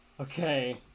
Okay